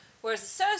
whereas